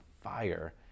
fire